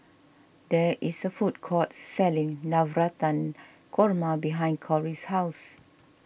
there is a food court selling Navratan Korma behind Cory's house